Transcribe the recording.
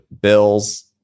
bills